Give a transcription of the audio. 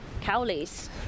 Cowley's